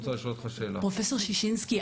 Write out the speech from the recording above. פרופ' ששינסקי,